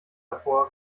davor